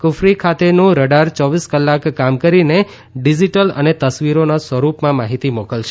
કુફરી ખાતેનું રડાર ચોવીસ કલાક કામ કરીને ડીજીટલ અને તસવીરોના સ્વરૂપમાં માહિતી મોકલશે